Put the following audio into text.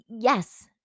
Yes